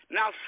Now